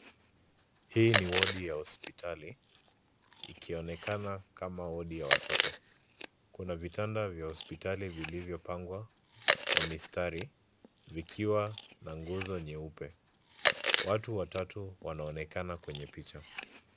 Hii ni wodi ya hospitali ikionekana kama wodi ya watoto. Kuna vitanda vya hospitali vilivyopangwa kwa mistari vikiwa na nguzo nyeupe. Watu watatu wanaonekana kwenye picha.